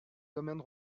domaine